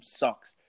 sucks